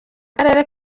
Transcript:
akarere